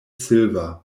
silver